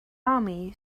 army